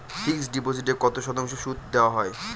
Fixed ডিপোজিটে কত শতাংশ সুদ দেওয়া হয়?